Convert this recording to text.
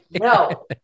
no